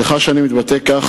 סליחה שאני מתבטא כך,